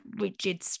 rigid